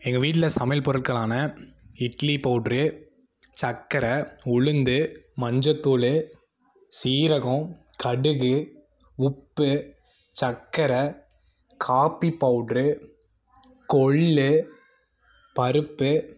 எங்கள் வீட்டில் சமையல் பொருட்களான இட்லி பவுடர் சர்க்கரை உளுந்து மஞ்சத்தூள் சீரகம் கடுகு உப்பு சர்க்கரை காப்பி பவுடர் கொள்ளு பருப்பு